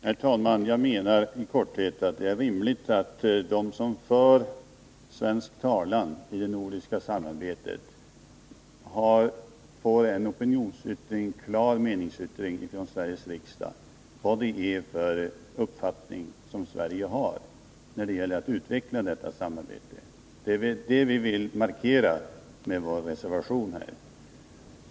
Herr talman! Jag menar i korthet att det är rimligt att de som för svensk talan i det nordiska samarbetet får en klar meningsyttring från Sveriges riksdag om vad det är för uppfattning Sverige har när det gäller att utveckla detta samarbete. Det är det vi vill markera med vår reservation.